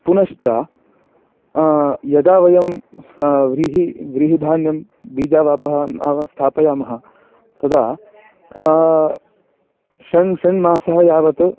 पुनश्च यदा वयं स व्रीहिः व्रीहिधान्यं बीजावापः नाम स्थापयामः तदा षण्षण् मासः यावत्